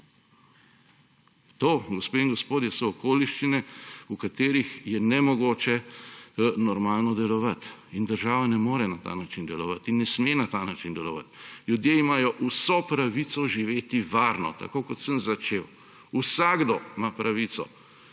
To, gospe in gospodje, so okoliščine, v katerih je nemogoče normalno delovati. Država ne more na ta način delovati in ne sme na ta način delovati. Ljudje imajo vso pravico živeti varno. Tako kot sem začel, vsakdo ima pravico,